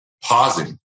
pausing